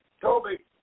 Toby